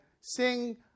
sing